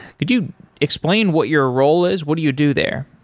could you explain what your role is? what do you do there?